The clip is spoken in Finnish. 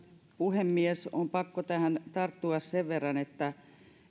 puhemies on pakko tähän tarttua sen verran että